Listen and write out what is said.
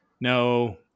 no